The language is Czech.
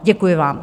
Děkuji vám.